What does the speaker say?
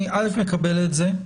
אני מקבל את זה.